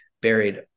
buried